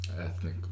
ethnic